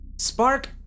Spark